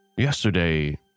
Yesterday